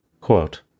Quote